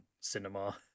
cinema